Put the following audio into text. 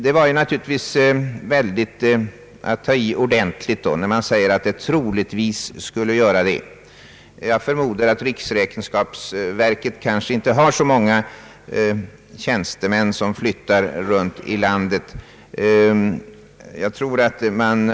Det var naturligtvis att ta i ordentligt, när man från detta verk säger att åtgärden »troligtvis» skulle ha den effekten! Jag förmodar att riksrevisionsverket inte har så många tjänstemän som flyttar runt i landet.